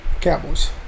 Cowboys